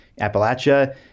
Appalachia